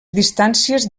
distàncies